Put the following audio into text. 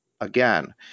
again